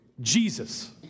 Jesus